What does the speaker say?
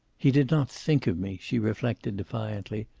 he did not think of me, she reflected defiantly,